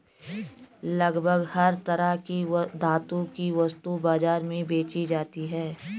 लगभग हर तरह की धातु भी वस्तु बाजार में बेंची जाती है